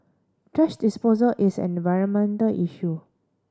thrash disposal is an environmental issue